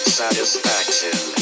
satisfaction